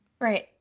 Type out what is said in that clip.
Right